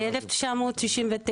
ב-1999,